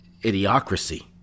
idiocracy